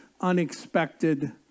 Unexpected